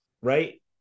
right